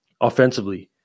offensively